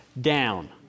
down